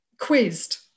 quizzed